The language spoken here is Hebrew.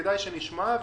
כדאי שנשמע.